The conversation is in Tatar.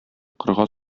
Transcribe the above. кырга